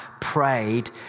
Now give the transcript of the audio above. prayed